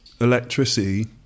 electricity